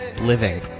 living